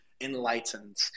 enlightened